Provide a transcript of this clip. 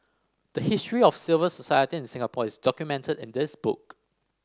the history of civil society in Singapore is documented in this book